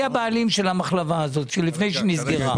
היו הבעלים של המחלבה לפני שנסגרה?